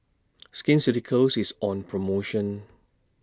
Skin Ceuticals IS on promotion